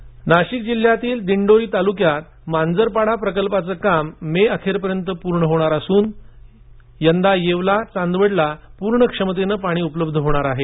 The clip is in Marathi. पाणी नाशिक जिल्ह्यातील दिंडोरी तालुक्यातील मांजरपाडा देवसाने प्रकल्पाचं काम मे अखेरपर्यंत पूर्ण होणार असून यंदा येवला चांदवडला पूर्ण क्षमतेने पाणी उपलब्ध होणार आहे